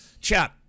Chat